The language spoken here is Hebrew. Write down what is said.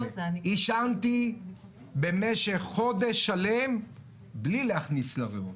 עישנתי במשך חודש שלם בלי להכניס לריאות,